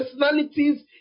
personalities